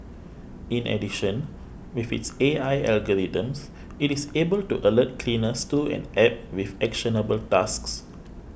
in addition with its A I algorithms it is able to alert cleaners through an App with actionable tasks